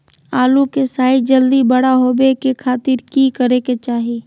आलू के साइज जल्दी बड़ा होबे के खातिर की करे के चाही?